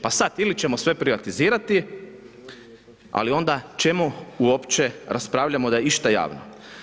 Pa sad ili ćemo sve privatizirati, ali onda čemu uopće raspravljamo da je išta javno?